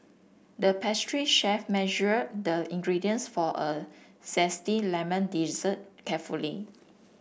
the pastry chef measured the ingredients for a zesty lemon dessert carefully